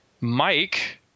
mike